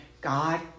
God